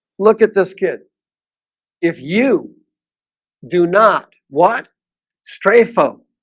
look at this kid if you do not what strafe um,